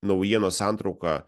naujienos santrauką